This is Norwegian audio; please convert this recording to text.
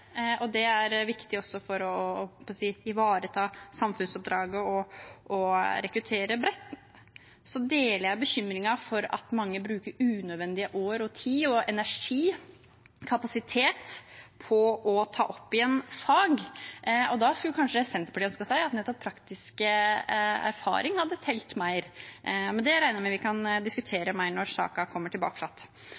er viktig også for å ivareta samfunnsoppdraget. Så deler jeg bekymringen for at mange bruker mange unødvendige år, tid, energi og kapasitet på å ta opp igjen fag. Da synes kanskje Senterpartiet at praktisk erfaring kunne telt mer, men det regner jeg med vi kan